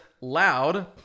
loud